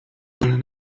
pan